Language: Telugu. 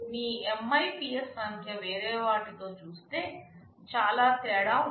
మీ MIPS సంఖ్య వేరే వాటితో చూస్తే చాలా తేడా ఉంటుంది